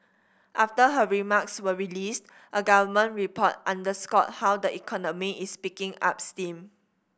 after her remarks were released a government report underscored how the economy is picking up steam